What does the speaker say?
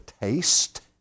taste